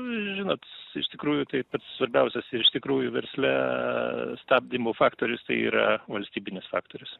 žinot iš tikrųjų tai pats svarbiausias ir iš tikrųjų versle stabdymo faktorius tai yra valstybinis faktorius